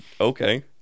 Okay